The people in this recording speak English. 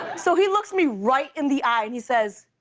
so he looks me right in the eye and he says,